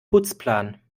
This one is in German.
putzplan